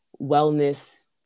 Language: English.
wellness